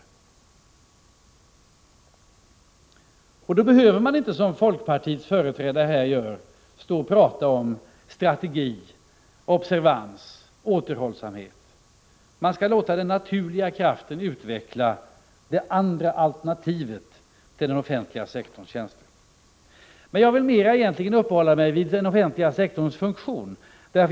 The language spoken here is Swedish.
Om den är det behöver man inte, som folkpartiets företrädare gör, prata om strategi, observans, återhållsamhet. Man skall låta den naturliga kraften utveckla alternativet till den offentliga sektorns tjänster. Jag vill emellertid mera uppehålla mig vid den offentliga sektorns funktion.